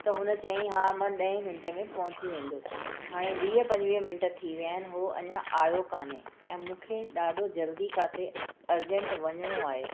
त हुन चयईं हा मां ॾहें मिंट में पहुची वेदुसि हाणे वीह पंजवीह मिंट थी विया आहिनि हू अञा आयो कान्हे ऐं मूंखे ॾाढो जल्दी काथे अर्जंट वञणो आहे